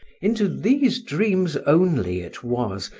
into these dreams only it was,